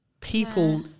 people